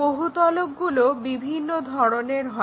বহুতলকগুলো বিভিন্ন ধরনের হয়